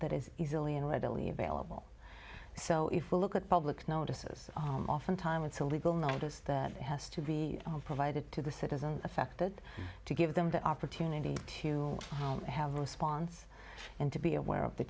that is easily and readily available so if we look at public notices oftentimes it's a legal notice that has to be provided to the citizen affected to give them the opportunity to have a response and to be aware of the